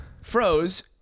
froze